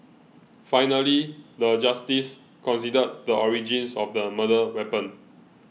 finally the Justice considered the origins of the murder weapon